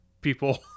people